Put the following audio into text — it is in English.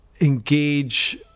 engage